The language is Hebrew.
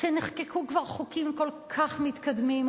כשנחקקו כבר חוקים כל כך מתקדמים,